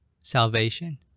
salvation